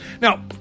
Now